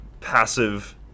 passive